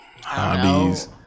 hobbies